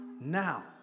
now